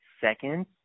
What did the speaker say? seconds